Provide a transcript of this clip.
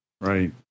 Right